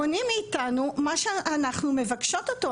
מונעים מאיתנו מה שאנחנו מבקשות אותו.